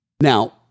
Now